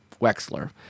wexler